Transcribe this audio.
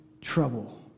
trouble